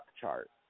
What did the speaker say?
chart